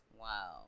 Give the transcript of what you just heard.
Wow